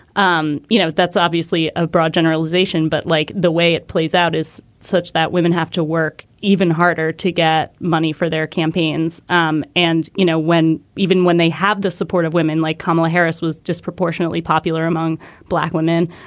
um you know, that's obviously a broad generalization. but like the way it plays out is such that women have to work even even harder to get money for their campaigns. um and, you know, when even when they have the support of women like kamala harris was disproportionately popular among black women,